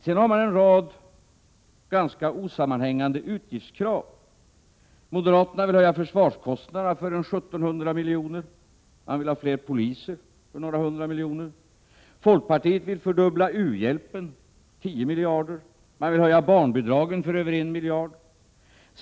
Sedan har ni en rad ganska osammanhängande utgiftskrav. Moderaterna vill höja försvarskostnaderna med 1 700 miljoner, och man vill ha fler poliser för några hundra miljoner. Folkpartiet vill fördubbla u-hjälpen för 10 miljarder och höja barnbidragen för över en miljard.